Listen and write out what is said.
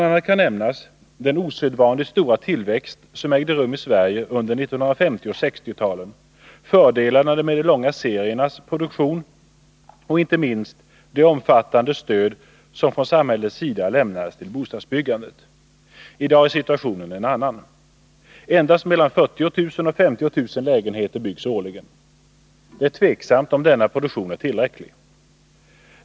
a. kan nämnas den osedvanligt stora tillväxt som ägde rum i Sverige under 1950 och 1960-talen, fördelarna med de långa seriernas produktion och inte minst det omfattande stöd som från samhällets sida lämnades till bostadsbyggandet. I dag är situationen en annan. Endast mellan 40 000 och 50 000 lägenheter byggs årligen. Det är tveksamt om denna produktion är tillräcklig.